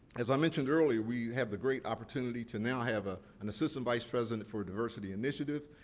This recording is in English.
as i mentioned earlier, we have the great opportunity to now have ah an assistant vice president for diversity initiatives.